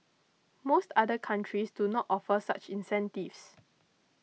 most other countries do not offer such incentives